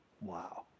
Wow